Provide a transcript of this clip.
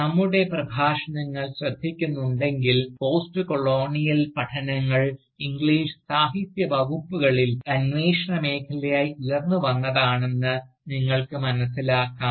നമ്മുടെ പ്രഭാഷണങ്ങൾ ശ്രദ്ധിക്കുന്നുണ്ടെങ്കിൽ പോസ്റ്റ്കൊളോണിയൽ പഠനങ്ങൾ ഇംഗ്ലീഷ് സാഹിത്യ വകുപ്പുകളിൽ അന്വേഷണ മേഖലയായി ഉയർന്നു വന്നതാണെന്ന് നിങ്ങൾക്ക് മനസ്സിലാക്കാം